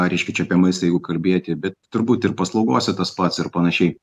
ką reiškia čia apie maistą jeigu kalbėti bet turbūt ir paslaugose tas pats ir panašiai